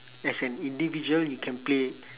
as an individual you can play